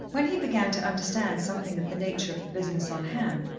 when he began to understand something of the nature of the business on hand,